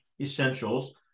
essentials